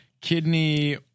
kidney